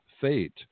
fate